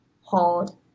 hold